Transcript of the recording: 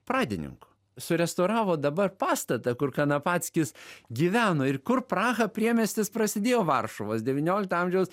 pradininku surestauravo dabar pastatą kur kanapackis gyveno ir kur praha priemiestis prasidėjo varšuvos devyniolikto amžiaus